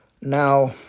Now